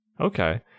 okay